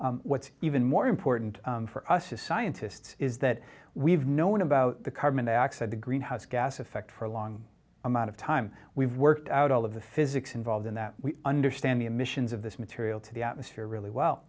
effect what's even more important for us to scientists is that we've known about the carbon dioxide the greenhouse gas effect for a long amount of time we've worked out all of the physics involved in that we understand the emissions of this material to the atmosphere really well